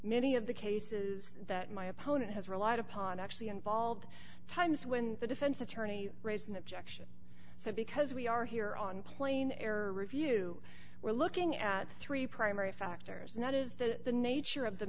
many of the cases that my opponent has relied upon actually involved times when the defense attorney raised an objection so because we are here on plane air review we're looking at three primary factors and that is that the nature of the